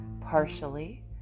partially